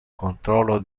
controlo